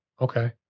okay